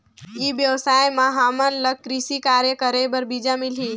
ई व्यवसाय म हामन ला कृषि कार्य करे बर बीजा मिलही?